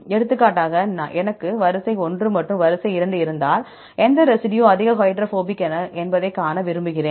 எடுத்துக்காட்டாக எனக்கு வரிசை 1 மற்றும் வரிசை 2 இருந்தால் எந்த ரெசிடியூ அதிக ஹைட்ரோபோபிக் என்பதைக் காண விரும்புகிறேன்